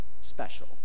special